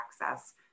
access